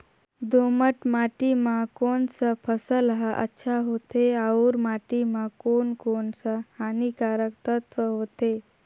दोमट माटी मां कोन सा फसल ह अच्छा होथे अउर माटी म कोन कोन स हानिकारक तत्व होथे?